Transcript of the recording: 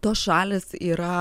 tos šalys yra